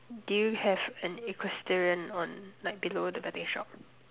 do you have an equestrian on like below the betting shop